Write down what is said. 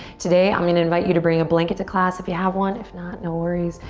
today i'm gonna invite you to bring a blanket to class if you have one, if not, no worries,